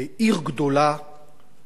אני בעד שייתנו פתרונות דיור,